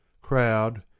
Crowd